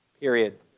Period